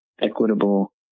equitable